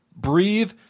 breathe